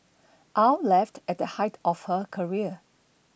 Aw left at the height of her career